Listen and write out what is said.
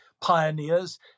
pioneers